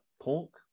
pork